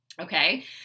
Okay